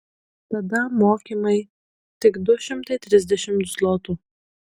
tada mokymai tik du šimtai trisdešimt zlotų